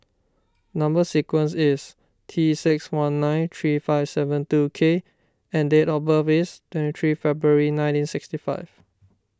Number Sequence is T six one nine three five seven two K and date of birth is twenty three February nineteen sixty five